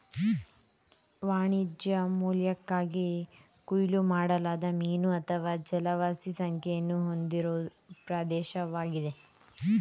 ವಾಣಿಜ್ಯ ಮೌಲ್ಯಕ್ಕಾಗಿ ಕೊಯ್ಲು ಮಾಡಲಾದ ಮೀನು ಅಥವಾ ಜಲವಾಸಿ ಜನಸಂಖ್ಯೆ ಹೊಂದಿರೋ ಪ್ರದೇಶ್ವಾಗಿದೆ